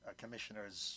commissioner's